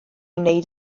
wneud